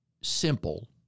simple